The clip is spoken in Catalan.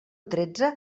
tretze